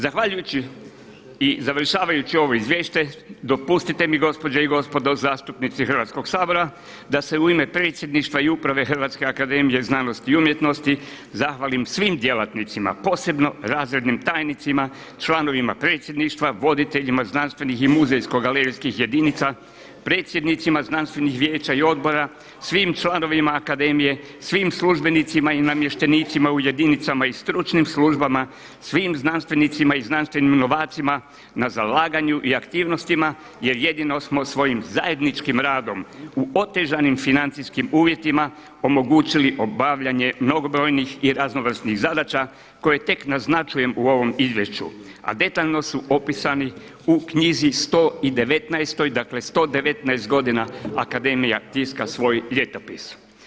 Zahvaljujući i završavajući ovo izvješće, dopustite mi gospođe i gospodo zastupnici Hrvatskoga sabora da se u ime predsjedništva i uprave HAZU zahvalim svim djelatnicima posebno razrednim tajnicima, članovima predsjedništva, voditeljima znanstvenih i muzejsko-galerijskih jedinica, predsjednicima znanstvenih vijeća i odbora, svim članovima akademije, svim službenicima i namještenicima u jedinicama i stručnim službama, svim znanstvenicima i znanstvenim novacima na zalaganju i aktivnostima jer jedino smo svojim zajedničkim radom u otežanim financijskim uvjetima omogućili obavljanje mnogobrojnih i raznovrsnih zadaća koje tek naznačujem u ovom izvješću a detaljno su opisani u knjizi 119, dakle 119 godina Akademija tiska svoj Ljetopis.